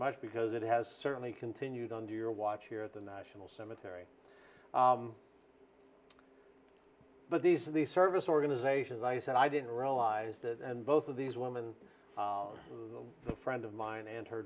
much because it has certainly continued under your watch here at the national cemetery but these these service organizations i said i didn't realize that and both of these women a friend of mine and her